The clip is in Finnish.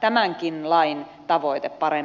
tämänkin lain tavoite paremmin voi toteutua